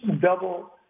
double